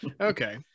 Okay